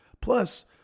Plus